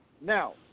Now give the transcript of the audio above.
Now